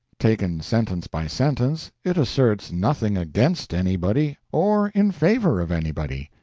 taken sentence by sentence it asserts nothing against anybody or in favor of anybody,